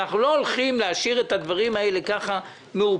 לא נשאיר את הדברים האלה מעורפלים.